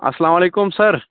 اَسلامُ علیکُم سر